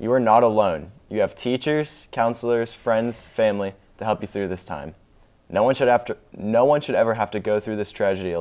you are not alone you have teachers counselors friends family to help you through this time no one should after no one should ever have to go through this tragedy